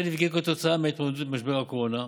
נפגעו כתוצאה מההתמודדות עם משבר הקורונה,